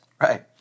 Right